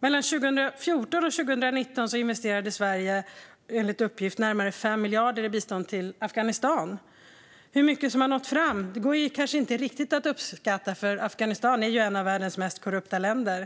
Mellan 2014 och 2019 investerade Sverige enligt uppgift närmare 5 miljarder i bistånd till Afghanistan. Hur mycket som nådde fram går inte riktigt att uppskatta, för Afghanistan är ett av världens mest korrupta länder.